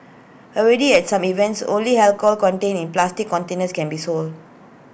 already at some events only alcohol contained in plastic containers can be sold